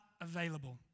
available